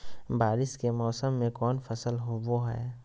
बारिस के मौसम में कौन फसल होबो हाय?